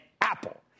Apple